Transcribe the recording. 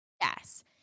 Yes